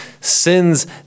sins